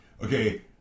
Okay